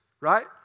right